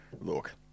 Look